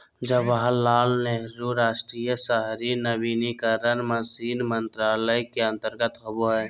जवाहरलाल नेहरू राष्ट्रीय शहरी नवीनीकरण मिशन मंत्रालय के अंतर्गत आवो हय